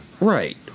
right